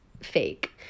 fake